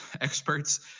experts